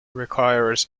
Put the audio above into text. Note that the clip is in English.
requires